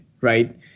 right